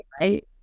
right